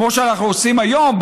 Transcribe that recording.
כמו שאנחנו עושים היום,